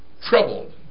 troubled